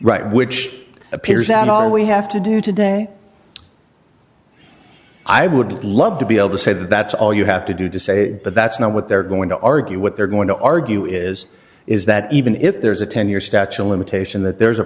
right which appears that all we have to do today i would love to be able to say that that's all you have to do to say but that's not what they're going to argue what they're going to argue is is that even if there's a ten year statue of limitation that there's a